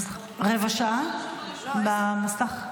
רבע שעה במסך?